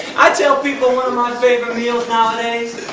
i tell people one of my favorite meals nowadays